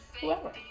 whoever